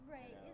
Right